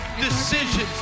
decisions